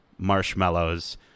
marshmallows